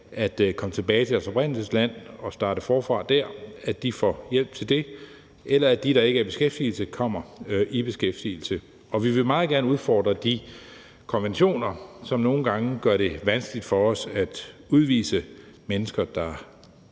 at komme tilbage til deres oprindelsesland og starte forfra dér, får hjælp til det, eller at de, der ikke er i beskæftigelse, kommer i beskæftigelse. Og vi vil meget gerne udfordre de konventioner, som nogle gange gør det vanskeligt for os at udvise mennesker, der er